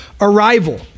arrival